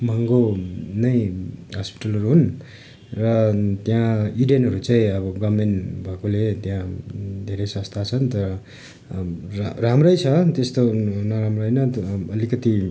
महँगो नै हस्पिटसहरू हुन् र त्यहाँ इडेनहरू चाहिँ अब गभर्नमेन्ट भएकोले त्यहाँ धेरै सस्ता छन् तर राम्रै छ त्यस्तो नराम्रो होइन अलिकति